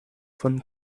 von